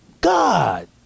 God